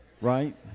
right